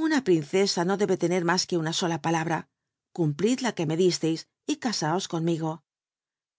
jna princesa no dehl tenor mas que una sola palabra cumplidla que me dí tcis l caao conmigo